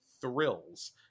Thrills